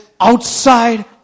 outside